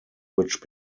which